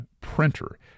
printer